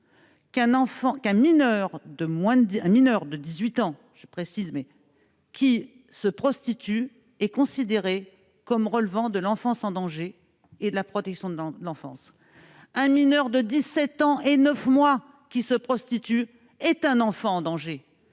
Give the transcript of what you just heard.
qu'un mineur de 18 ans qui se prostitue est considéré comme relevant de l'enfance en danger et de la protection de l'enfance. Un mineur de 17 ans et 9 mois qui se prostitue est un enfant en danger.